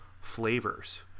flavors